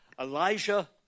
Elijah